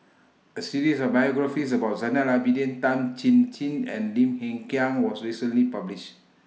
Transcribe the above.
A series of biographies about Zainal Abidin Tan Chin Chin and Lim Hng Kiang was recently published